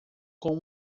com